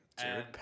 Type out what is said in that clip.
Jared